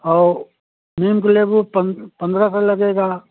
और नीम के लेब ऊ पं पंद्रह सौ लगेगा